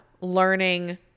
learning